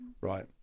right